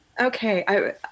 Okay